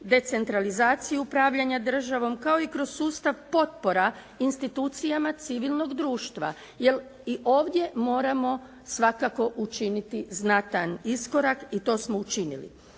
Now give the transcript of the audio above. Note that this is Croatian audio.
decentralizaciju upravljanja državom kao i kroz sustav potpora institucijama civilnog društva. Jer i ovdje moramo svakako učiniti znatan iskorak i to smo učinili.